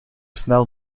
snel